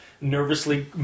nervously